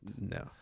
No